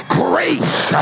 grace